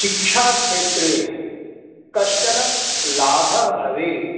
शिक्षाक्षेत्रे कश्चन लाभः भवेत्